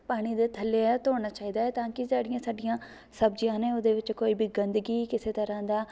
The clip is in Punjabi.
ਪਾਣੀ ਦੇ ਥੱਲੇ ਹੈ ਧੋਣਾ ਚਾਹੀਦਾ ਹੈ ਤਾਂ ਕਿ ਜਿਹੜੀਆਂ ਸਾਡੀਆਂ ਸਬਜ਼ੀਆਂ ਨੇ ਉਹਦੇ ਵਿੱਚ ਕੋਈ ਵੀ ਗੰਦਗੀ ਕਿਸੇ ਤਰ੍ਹਾਂ ਦਾ